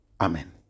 Amen